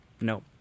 No